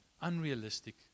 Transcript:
unrealistic